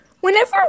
Whenever